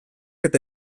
eta